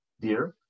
Dear